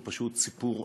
הוא פשוט סיפור עגום,